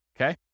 okay